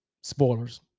spoilers